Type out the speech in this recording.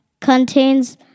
contains